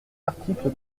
article